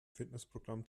fitnessprogramm